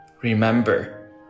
Remember